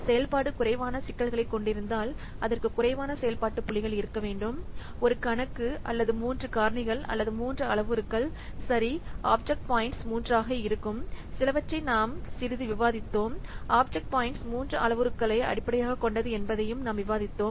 செயல்பாடு குறைவான சிக்கலைக் கொண்டிருந்தால் அதற்கு குறைவான செயல்பாட்டு புள்ளிகள் இருக்க வேண்டும் ஒரு கணக்கு அல்லது மூன்று காரணிகள் அல்லது மூன்று அளவுருக்கள் சரி ஆப்ஜெக்ட் பாயிண்ட்ஸ்மூன்றாக எடுக்கும் சிலவற்றை நாம் சிறிது விவாதித்தோம் ஆப்ஜெக்ட் பாயிண்ட்ஸ் மூன்று அளவுருக்களை அடிப்படையாகக் கொண்டது என்பதையும் நாம் விவாதித்தோம்